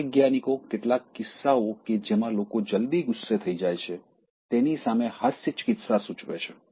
મનોવૈજ્ઞાનિકો કેટલાક કિસ્સાઓ કે જેમાં લોકો જલ્દી ગુસ્સે થઈ જાય છે તેની સામે હાસ્ય ચિકિત્સા સૂચવે છે